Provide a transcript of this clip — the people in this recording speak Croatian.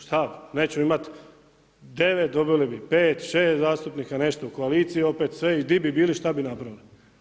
Šta, neću imati 9, dobili bi 5, 6 zastupnika, nešto u koaliciji opet i di bi bili, šta bi napravili?